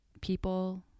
people